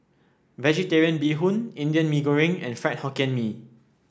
vegetarian Bee Hoon Indian Mee Goreng and Fried Hokkien Mee